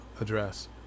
address